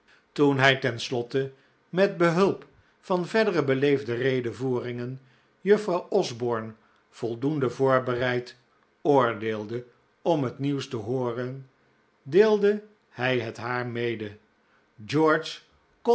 toen hij ten slotte met behulp van verdere beleefde redevoeringen juffrouw osborne voldoende voorbereid oordeelde om het nieuws te hooren deelde hij het haar mede